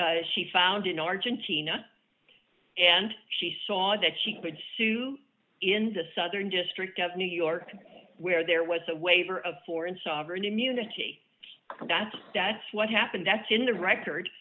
that she found in argentina and she saw that she could sue in the southern district of new york where there was a waiver of foreign sovereign immunity and that's that's what happened that's in the record